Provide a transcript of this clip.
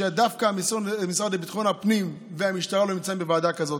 שדווקא המשרד לביטחון הפנים והמשטרה לא נמצאים בוועדה כזאת.